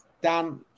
Dan